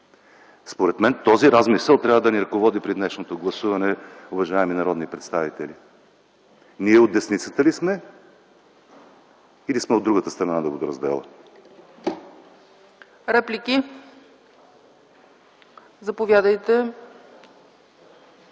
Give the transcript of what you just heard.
Според мен този размисъл трябва да ни ръководи при днешното гласуване, уважаеми народни представители – ние от десницата ли сме, или сме от другата страна на водораздела? ПРЕДСЕДАТЕЛ